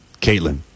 Caitlin